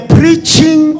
preaching